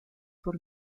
por